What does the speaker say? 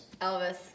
Elvis